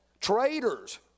Traitors